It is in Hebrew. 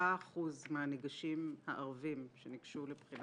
7% מהניגשים הערבים שניגשו לבחינה